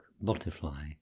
butterfly